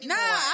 Nah